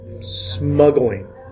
smuggling